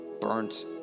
Burnt